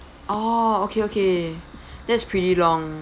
oh okay okay that's pretty long